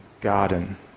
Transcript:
garden